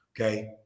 okay